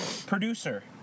Producer